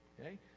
okay